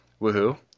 woohoo